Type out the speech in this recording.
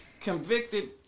convicted